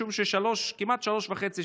משום שכמעט שלוש שנים וחצי